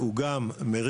הוא גם מריח,